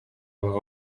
baba